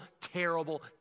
terrible